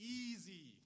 easy